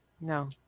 No